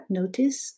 notice